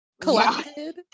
collected